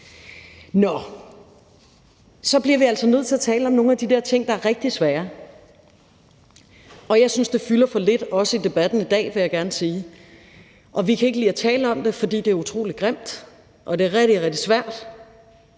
Nå, så bliver vi altså nødt til at tale om nogle af de der ting, der er rigtig svære. Jeg synes, det fylder for lidt også i debatten i dag, vil jeg gerne sige, og vi kan ikke lide at tale om det, fordi det er utrolig grimt, og det er rigtig, rigtig svært.